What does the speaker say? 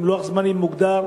עם לוח זמנים מוגדר,